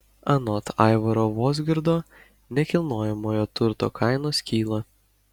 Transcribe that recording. anot aivaro vozgirdo nekilnojamojo turto kainos kyla